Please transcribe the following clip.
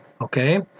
Okay